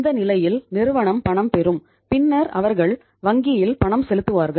இந்த நிலையில் நிறுவனம் பணம் பெறும் பின்னர் அவர்கள் வங்கியில் பணம் செலுத்துவார்கள்